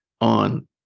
on